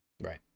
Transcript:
Right